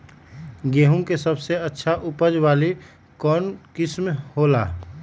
गेंहू के सबसे अच्छा उपज वाली कौन किस्म हो ला?